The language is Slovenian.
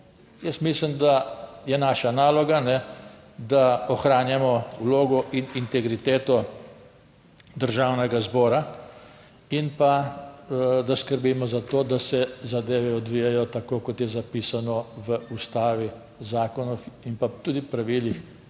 Jaz mislim, da je naša naloga, da ohranjamo vlogo in integriteto Državnega zbora in pa da skrbimo za to, da se zadeve odvijajo tako, kot je zapisano v ustavi, zakonu in pa tudi pravilih